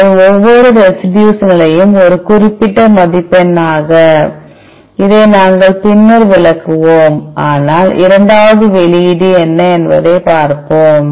எனவே ஒவ்வொரு ரெசிடியூஸ் நிலையும் ஒரு குறிப்பிட்ட மதிப்பெண்ணாக இதை நாங்கள் பின்னர் விளக்குவோம் ஆனால் இரண்டாவது வெளியீடு என்ன என்பதைப் பார்ப்போம்